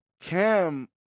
Cam